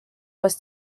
was